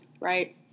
right